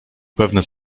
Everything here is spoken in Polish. pewne